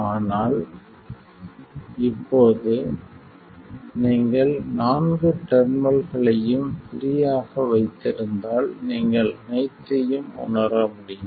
ஆனால் இப்போது நீங்கள் நான்கு டெர்மினல்களையும் ப்ரீ ஆக வைத்திருந்தால் நீங்கள் அனைத்தையும் உணர முடியும்